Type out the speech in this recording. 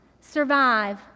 survive